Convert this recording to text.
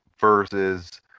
versus